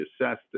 assessed